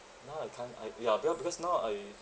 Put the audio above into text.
now I can't I ya because because now I